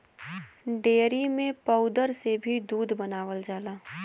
dairy में powder से भी दूध बनावल जाला